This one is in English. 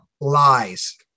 lies